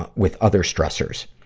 ah with other stressors.